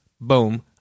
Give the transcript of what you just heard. boom